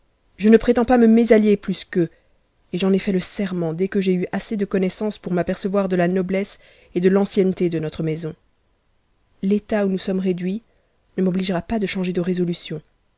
je ne prétends pas me mésallier plus qu'eux et j'en ai fait le serment dès que j'ai eu assez de connaissance pour m'apercevoir de la noblesse et de l'ancienneté de notre maison l'état où nous somuies réduits ne m'obligera pas de changer de résolution